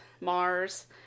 Mars